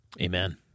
Amen